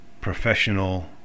professional